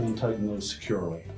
and tighten those securely.